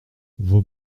vos